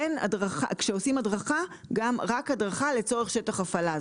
וכשעושים הדרכה גם רק הדרכה לצורך שטח הפעלה.